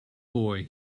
boy